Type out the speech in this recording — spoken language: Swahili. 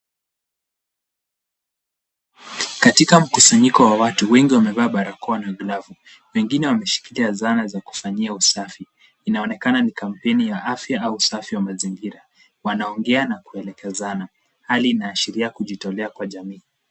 Katika mkusanyiko wa watu, wengi wamevaa barakoa na kuwa na glavu. Wengine wameshikilia zana za kufanyia usafi. Inaonekana ni kampeini ya afya au usafi wa mazingira. Wanongea na kuelekezana. Hali inaashiria kujitolea kwa jamii.